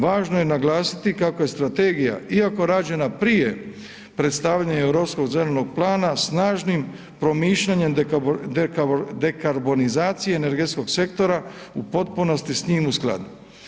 Važno je naglasiti kako je strategija iako rađena prije predstavljanja europskog zelenog plana, snažim promišljanjem dekarbonizacije energetskog sektora u potpunosti s tim u skladu.